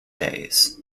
days